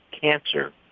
cancer